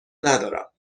ندارم